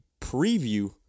preview